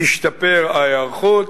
תשתפר ההיערכות.